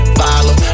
follow